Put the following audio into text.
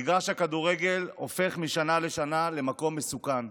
מגרש הכדורגל הופך משנה לשנה למקום מסוכן.